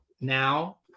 now